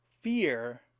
fear